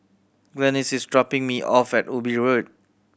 Glennis is dropping me off at Ubi Road